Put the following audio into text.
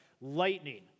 lightning